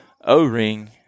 O-ring